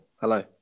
hello